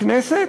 בכנסת,